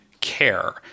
care